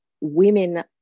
women